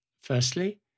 Firstly